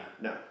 No